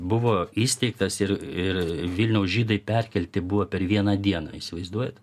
buvo įsteigtas ir ir vilniaus žydai perkelti buvo per vieną dieną įsivaizduojat